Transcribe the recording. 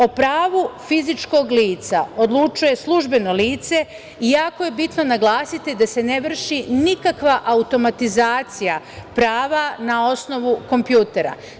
O pravu fizičkog lica odlučuje službeno lice i jako je bitno naglasiti da se ne vrši nikakva automatizacija prava na osnovu kompjutera.